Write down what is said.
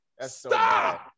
Stop